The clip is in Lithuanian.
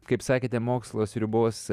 kaip sakėte mokslo sriubos